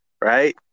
Right